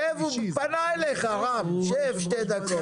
שב, רם, הוא פנה אליך, שב שתי דקות.